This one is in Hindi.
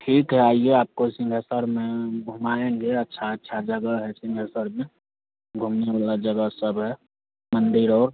ठीक है आइए आपको सिंहेश्वर में घुमाएँगे अच्छा अच्छा जगह है सिंहेश्वर में घूमने वाला जगह सब है मंदिर और